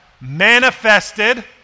manifested